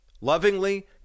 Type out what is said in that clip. lovingly